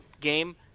game